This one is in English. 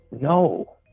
No